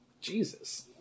Jesus